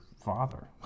father